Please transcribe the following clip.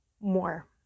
more